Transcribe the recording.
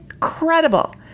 Incredible